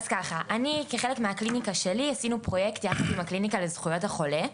כחלק מהקליניקה שלי עשינו פרויקט יחד עם הקליניקה לזכויות החולה,